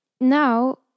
now